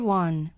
one